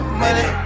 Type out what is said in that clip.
money